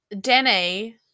Danny